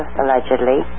allegedly